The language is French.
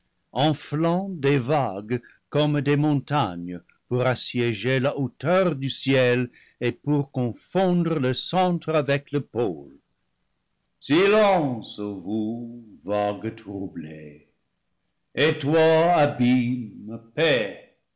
enflant des vagues comme des montagnes pour assiéger la hauteur du ciel et pour confondre le centre avec le pôle silence vous vagues troublées et toi